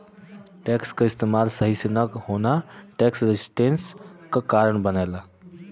tax क इस्तेमाल सही से न होना टैक्स रेजिस्टेंस क कारण बनला